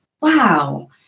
wow